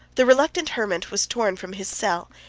the reluctant hermit was torn from his cell,